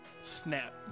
Snap